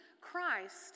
Christ